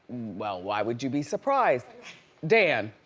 well, why would you be surprised dan.